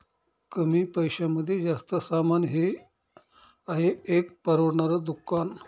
कमी पैशांमध्ये जास्त सामान हे आहे एक परवडणार दुकान